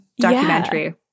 documentary